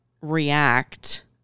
react